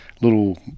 little